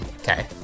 Okay